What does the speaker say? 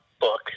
book